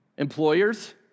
employers